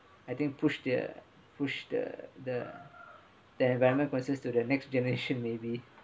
I think push the push the the the environment questions to the next generation maybe